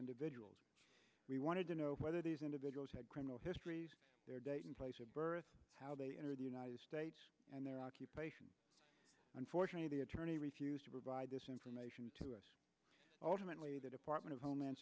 individuals we wanted to know whether these individuals had criminal histories their date and place of birth how they enter the united states and their occupation unfortunately the attorney refused to provide this information to us ultimately the department of homeland